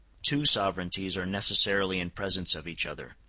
two sovereignties are necessarily in presence of each other.